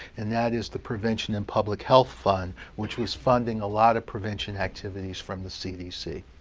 and that is the prevention and public health fund, which was funding a lot of prevention activities from the cdc.